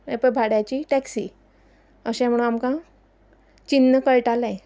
हें पळय भाड्याची टॅक्सी अशें म्हणून आमकां चिन्न कळटालें